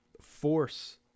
force